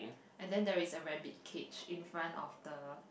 and then there is a rabbit cage in front of the